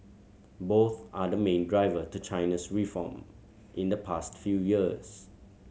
both are the main driver to China's reform in the past few years